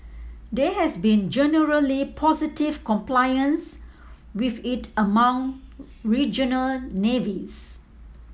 there has been generally positive compliance with it among regional navies